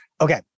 Okay